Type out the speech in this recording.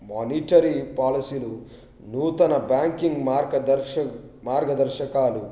monetary పాలసీలు నూతన banking మార్గదర్శ మార్గదర్శకాలు